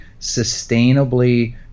sustainably